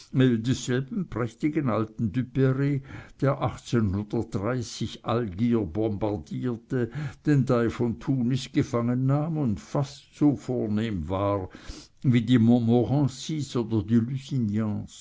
prächtigen alten duperr der algier bombardierte den dey von tunis gefangennahm und fast so vornehm war wie die montmorencys oder die